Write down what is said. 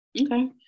Okay